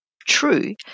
true